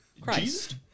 Christ